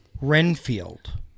Renfield